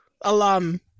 alum